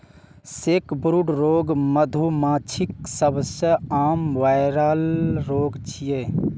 sacbrood रोग मधुमाछीक सबसं आम वायरल रोग छियै